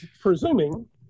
presuming